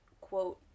quote